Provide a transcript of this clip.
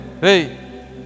hey